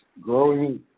growing